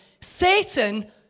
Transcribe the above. Satan